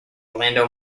orlando